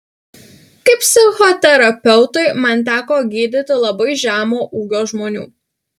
kaip psichoterapeutui man teko gydyti labai žemo ūgio žmonių